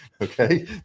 okay